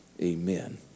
amen